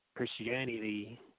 Christianity